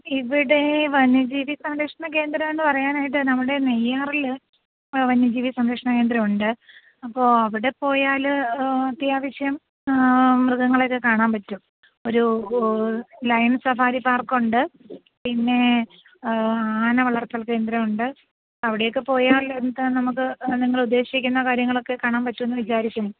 ഇവിടെ വന്യജീവി സംരക്ഷണ കേന്ദ്രം എന്നു പറയാനായിട്ട് നമ്മുടെ നെയ്യാറിൽ വന്യജീവി സംരക്ഷണ കേന്ദ്രമുണ്ട് അപ്പോൾ അവിടെ പോയാൽ അത്യാവശ്യം മൃഗങ്ങളെയൊക്കെ കാണാൻ പറ്റും ഒരു ലൈൻ സഫാരി പാർക്കുണ്ട് പിന്നേ ആന വളർത്തൽ കേന്ദ്രമുണ്ട് അവിടെയൊക്കെ പോയാലെന്താ നമുക്ക് നിങ്ങളുദ്ദേശിക്കുന്ന കാര്യങ്ങളൊക്കെ കാണാൻ പറ്റുമെന്ന് വിചാരിക്കുന്നു